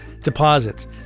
deposits